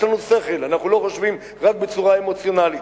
יש לנו שכל, אנחנו לא חושבים רק בצורה אמוציונלית.